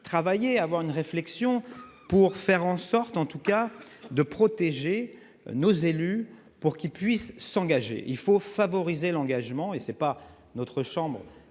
travailler, avoir une réflexion pour faire en sorte, en tout cas de protéger nos élus pour qu'ils puissent s'engager, il faut favoriser l'engagement et c'est pas notre chambre